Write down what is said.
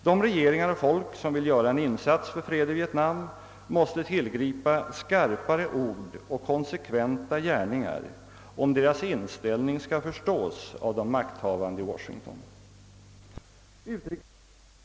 De regeringar och folk, som vill göra en insats för freden i Vietnam, måste tillgripa skarpare ord och konsekventa gärningar, om deras inställning skall förstås av de makthavande i Washington. Utrikesministern erinrar själv om att en allt starkare opion i världen, däribland den svenska, kräver ett slut på kriget.